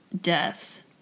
death